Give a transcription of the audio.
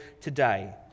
today